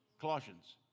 Colossians